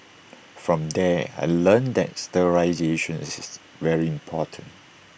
from there I learnt that sterilisation is is very important